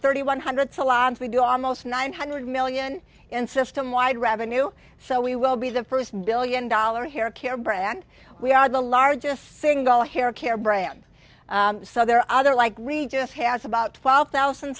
thirty one hundred salons we do almost nine hundred million in systemwide revenue so we will be the first billion dollar hair care brand we are the largest single hair care brand so there are other like regis has about twelve thousand